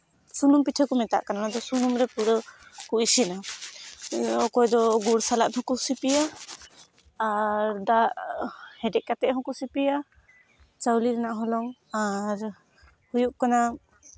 ᱥᱩᱱᱩᱢ ᱯᱤᱴᱷᱟᱹ ᱠᱚ ᱢᱮᱛᱟᱜ ᱠᱟᱱᱟ ᱚᱱᱟᱫᱚ ᱥᱩᱱᱩᱢ ᱨᱮ ᱯᱩᱨᱟᱹ ᱠᱚ ᱤᱥᱤᱱᱟ ᱚᱠᱚᱭ ᱫᱚ ᱜᱩᱲ ᱥᱟᱞᱟᱜ ᱦᱚᱸᱠᱚ ᱥᱤᱯᱤᱭᱟ ᱟᱨ ᱫᱟᱜ ᱦᱮᱰᱮᱡ ᱠᱟᱛᱮᱫ ᱦᱚᱸᱠᱚ ᱥᱤᱯᱤᱭᱟ ᱪᱟᱣᱞᱮ ᱨᱮᱱᱟᱜ ᱦᱚᱞᱚᱝ ᱟᱨ ᱦᱩᱭᱩᱜ ᱠᱟᱱᱟ